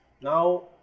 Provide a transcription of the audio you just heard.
now